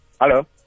hello